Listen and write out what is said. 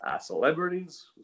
celebrities